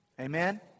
Amen